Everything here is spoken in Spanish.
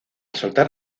soltar